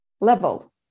level